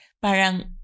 parang